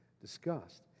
discussed